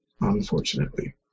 Unfortunately